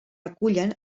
recullen